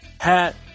hat